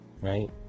right